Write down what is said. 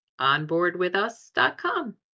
onboardwithus.com